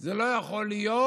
זה לא יכול להיות,